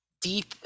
deep